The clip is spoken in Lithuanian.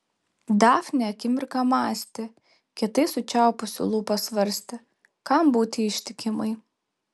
dafnė akimirką mąstė kietai sučiaupusi lūpas svarstė kam būti ištikimai